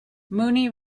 mooney